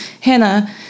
Hannah